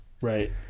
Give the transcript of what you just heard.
Right